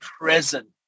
present